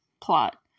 plot